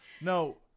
No